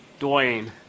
Dwayne